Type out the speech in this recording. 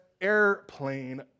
airplane